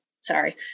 sorry